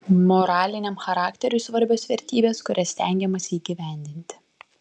moraliniam charakteriui svarbios vertybės kurias stengiamasi įgyvendinti